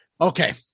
Okay